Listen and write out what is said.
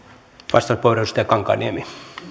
arvoisa herra puhemies